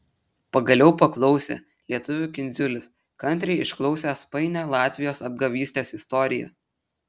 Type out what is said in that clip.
pagaliau paklausė lietuvių kindziulis kantriai išklausęs painią latvijos apgavystės istoriją